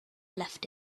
left